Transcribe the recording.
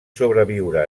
sobreviure